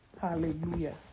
Hallelujah